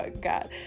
God